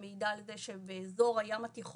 והיא מעידה על כך שאזור הים התיכון